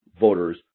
voters